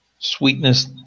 sweetness